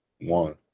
one